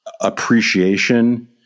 appreciation